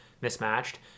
mismatched